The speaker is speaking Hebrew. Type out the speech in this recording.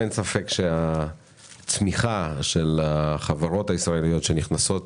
אין ספק שהצמיחה של החברות הישראליות שנכנסות